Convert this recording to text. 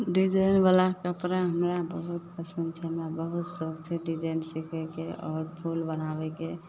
डिजाइनवला कपड़ा हमरा बहुत पसन्द छै हमरा बहुत सओख छै डिजाइन सीखयके आओर फूल बनाबयके